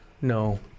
No